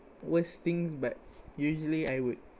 worse things but usually I would